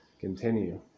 continue